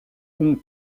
hong